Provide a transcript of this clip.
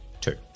Two